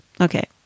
Okay